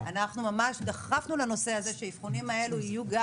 אנחנו ממש דחפנו לנושא הזה שהאבחונים האלו יהיו גם